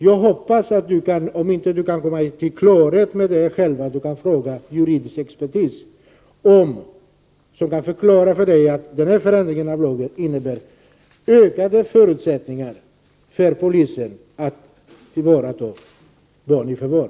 Jag hoppas att Gullan Lindblad, om hon inte kan komma till klarhet om detta själv, kan tala med juridisk expertis som kan förklara för henne att denna förändring av lagen innebär ökade förutsättningar för polisen att ta barn i förvar.